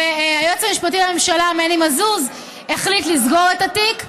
והיועץ המשפטי לממשלה מני מזוז החליט לסגור את התיק.